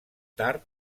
tard